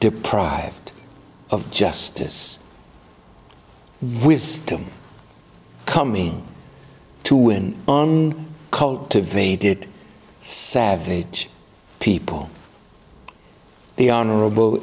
deprived of justice which is coming to win on cultivated savage people the honorable